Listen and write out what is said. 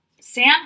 Sam